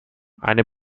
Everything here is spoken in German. eine